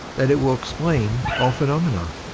that it will explain all phenomena.